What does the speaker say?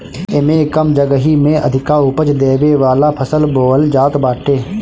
एमे कम जगही में अधिका उपज देवे वाला फसल बोअल जात बाटे